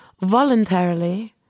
voluntarily